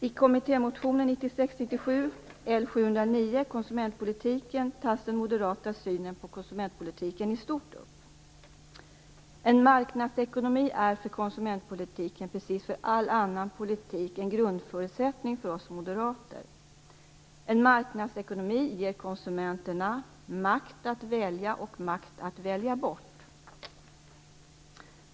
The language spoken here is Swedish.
I kommittémotionen 1996/97:L709, Konsumentpolitiken, tas den moderata synen på konsumentpolitiken i stort upp. En marknadsekonomi är för konsumentpolitiken, precis som för all annan politik, en grundförutsättning för oss moderater. En marknadsekonomi ger konsumenterna makt att välja och makt att välja bort.